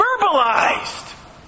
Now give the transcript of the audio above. verbalized